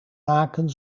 maken